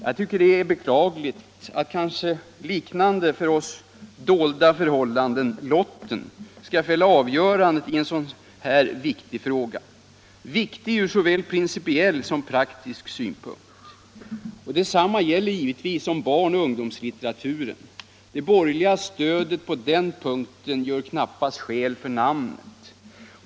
Det är verkligen beklagligt att kanske liknande för oss dolda förhållanden — lotten — skall fälla avgörandet i en så här viktig fråga, viktig ur såväl principiell som praktisk synpunkt. Detsamma gäller naturligtvis om barnoch ungdomslitteraturen. Det borgerliga stödet på den punkten gör knappast skäl för namnet.